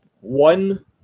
one